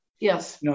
Yes